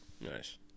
Nice